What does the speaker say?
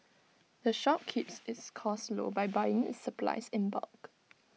the shop keeps its costs low by buying its supplies in bulk